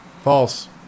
False